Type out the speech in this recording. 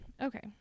Okay